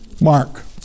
Mark